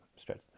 stretch